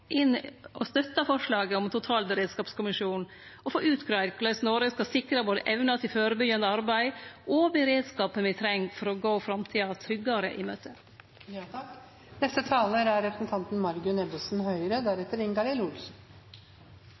forslaget om ein totalberedskapskommisjon og få greidd ut korleis Noreg skal sikre evnene våre til førebyggjande arbeid og beredskapen me treng for å gå framtida tryggare i